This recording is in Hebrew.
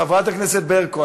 חברת הכנסת ברקו,